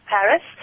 Paris